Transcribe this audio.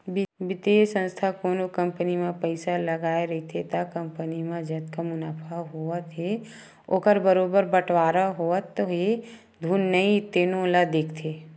बित्तीय संस्था कोनो कंपनी म पइसा लगाए रहिथे त कंपनी म जतका मुनाफा होवत हे ओखर बरोबर बटवारा होवत हे धुन नइ तेनो ल देखथे